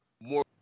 more